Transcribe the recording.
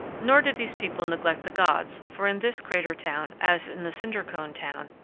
nor did these people neglect the gods, for in this crater town, as in the cinder-cone town,